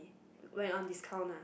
when on discount lah